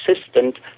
assistant